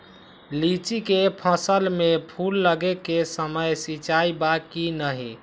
लीची के फसल में फूल लगे के समय सिंचाई बा कि नही?